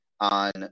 on